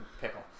pickle